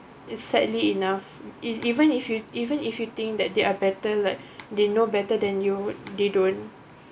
it sadly enough if even if you even if you think that they are better like they know better than you they don't